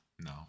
No